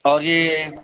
और यह